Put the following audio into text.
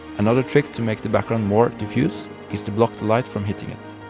another trick to make the background more diffuse is to block the light from hitting it.